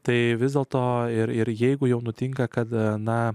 tai vis dėl to ir ir jeigu jau nutinka kad na